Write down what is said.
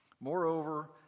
Moreover